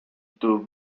took